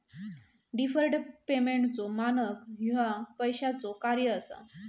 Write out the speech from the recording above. deferred पेमेंटचो मानक ह्या पैशाचो कार्य असा